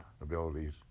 abilities